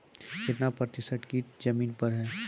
कितना प्रतिसत कीट जमीन पर हैं?